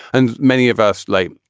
and many of us like,